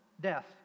death